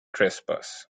trespass